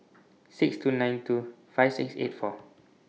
six two nine two five six eight four